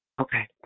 Okay